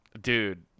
Dude